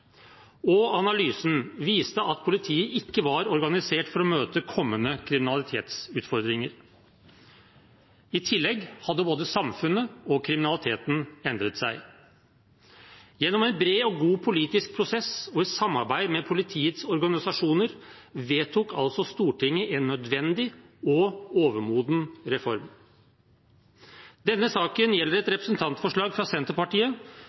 og analysen viste at politiet ikke var organisert for å møte kommende kriminalitetsutfordringer. I tillegg hadde både samfunnet og kriminaliteten endret seg. Gjennom en bred og god politisk prosess og i samarbeid med politiets organisasjoner vedtok altså Stortinget en nødvendig og overmoden reform. Denne saken gjelder et representantforslag fra Senterpartiet